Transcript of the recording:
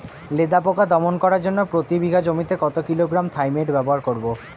লেদা পোকা দমন করার জন্য প্রতি বিঘা জমিতে কত কিলোগ্রাম থাইমেট ব্যবহার করব?